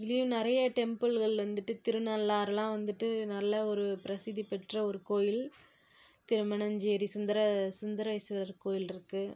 இதுலேயும் நிறைய டெம்புள்கள் வந்துட்டு திருநள்ளாறுலாம் வந்துட்டு நல்ல ஒரு பிரசிதிபெற்ற ஒரு கோயில் திருமணஞ்சேரி சுந்தர சுந்தரேஸ்வரர் கோயில் இருக்குது